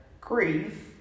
grief